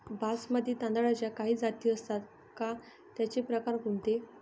बासमती तांदळाच्या काही जाती असतात का, त्याचे प्रकार कोणते?